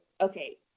okay